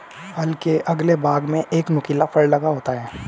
हल के अगले भाग में एक नुकीला फर लगा होता है